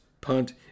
punt